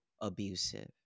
abusive